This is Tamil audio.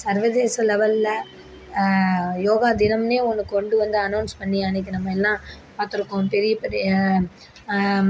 சர்வதேச லெவலில் யோகா தினம்னே ஒன்று கொண்டு வந்து அனோன்ஸ் பண்ணி அன்றைக்கு நம்ம எல்லாம் பார்த்துருக்கோம் பெரிய பெரிய